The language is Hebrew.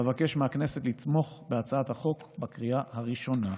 אבקש מהכנסת לתמוך בהצעת החוק בקריאה הראשונה.